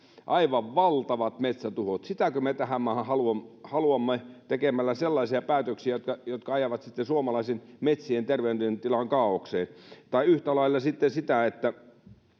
aivan valtavat metsätuhot sitäkö me tähän maahan haluamme haluamme tekemällä sellaisia päätöksiä jotka jotka ajavat sitten suomalaisten metsien terveydentilan kaaokseen tai yhtä lailla sitten se että